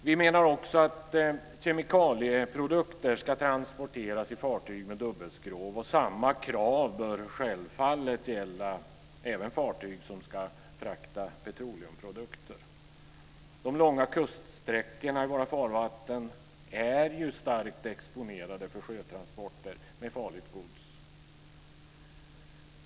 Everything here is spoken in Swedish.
Vi menar också att kemikalieprodukter ska transporteras i fartyg med dubbelskrov. Samma krav bör självfallet gälla även fartyg som ska frakta petroleumprodukter. De långa kuststräckorna vid våra farvatten är starkt exponerade för sjötransporter med farligt gods.